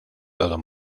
todo